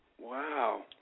Wow